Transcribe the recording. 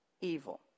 evil